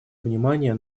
внимание